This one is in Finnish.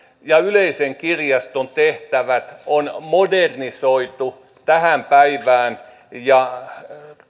ja yleisen kirjaston tehtävät on modernisoitu tähän päivään ja